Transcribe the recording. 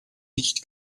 nicht